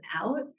out